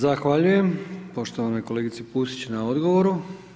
Zahvaljujem poštovanoj kolegici Pusić na odgovoru.